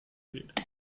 geht